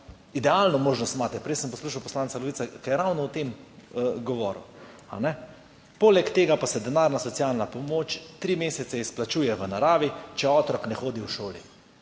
Idealno možnost imate. Prej sem poslušal poslanca Levice, ki je ravno o tem govoril, ali ne? Poleg tega pa se denarna socialna pomoč tri mesece izplačuje v naravi, če otrok ne hodi v šolo.